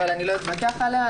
אבל אני לא אתווכח עליה.